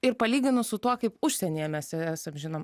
ir palyginus su tuo kaip užsienyje mes esam žinomi